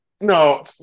No